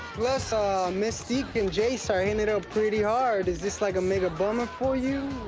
plus ah mystique and jace are hittin' it up pretty hard, is this like a mega bummer for you?